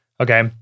okay